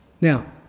Now